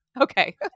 Okay